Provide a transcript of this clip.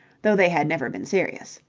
though they had never been serious.